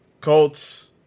Colts